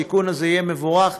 התיקון הזה יהיה מבורך.